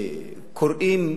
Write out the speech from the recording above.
שקוראים,